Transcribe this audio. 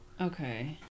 okay